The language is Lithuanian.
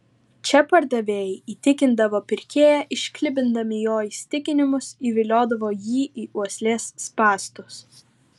čia pardavėjai įtikindavo pirkėją išklibindami jo įsitikinimus įviliodavo jį į uoslės spąstus